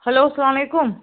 hello اسلام علیکُم